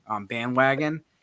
bandwagon